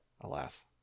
Alas